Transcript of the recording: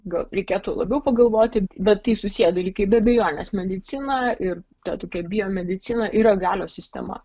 gal reikėtų labiau pagalvoti bet tai susiję dalykai be abejonės medicina ir ta tokia biomedicina yra galios sistema